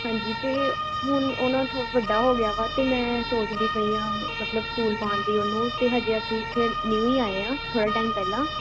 ਹਾਂਜੀ ਅਤੇ ਹੁਣ ਉਹ ਨਾ ਥੋ ਵੱਡਾ ਹੋ ਗਿਆ ਵਾ ਅਤੇ ਮੈਂ ਸੋਚਦੀ ਪਈ ਹਾਂ ਮਤਲਬ ਸਕੂਲ ਪਾਉਣ ਦੀ ਉਹ ਨੂੰ ਅਤੇ ਹਜੇ ਅਸੀਂ ਇੱਥੇ ਨਿਊ ਹੀ ਆਏ ਹਾਂ ਥੋੜ੍ਹੇ ਟਾਈਮ ਪਹਿਲਾਂ